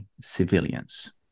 civilians